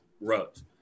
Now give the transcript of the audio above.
roads